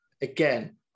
again